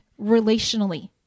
relationally